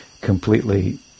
completely